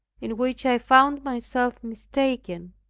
in which i found myself mistaken.